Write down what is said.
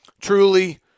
Truly